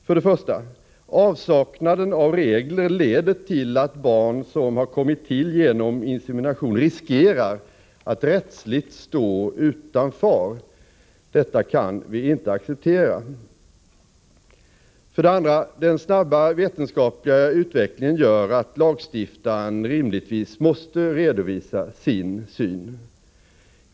För det första: Avsaknaden av regler leder till att barn som har kommit till genom insemination riskerar att rättsligt stå utan far. Detta kan vi inte acceptera. För det andra: Den snabba vetenskapliga utvecklingen gör att lagstiftaren rimligtvis måste redovisa sin syn.